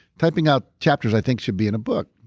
typing out chapters i think should be in a book.